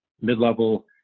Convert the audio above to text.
mid-level